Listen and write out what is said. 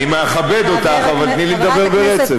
אני מכבד אותך אבל תני לי לדבר ברצף.